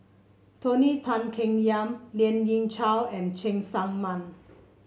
Tony Tan Keng Yam Lien Ying Chow and Cheng Tsang Man